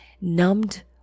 numbed